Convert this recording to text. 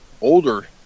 older